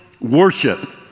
worship